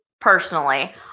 personally